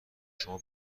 شما